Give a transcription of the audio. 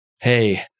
hey